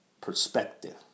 perspective